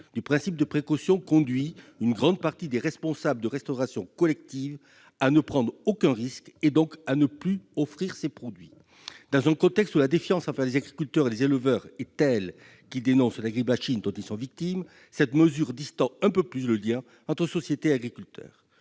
du principe de précaution conduit une grande partie des responsables de restauration collective à ne prendre aucun risque et donc à ne plus offrir ces produits. Dans un contexte où la défiance envers les agriculteurs et les éleveurs est telle qu'ils dénoncent l'agri-bashing dont ils sont victimes, cette mesure distend un peu plus le lien entre société et agriculteurs.